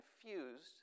confused